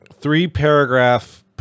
three-paragraph